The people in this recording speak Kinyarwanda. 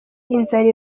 inzara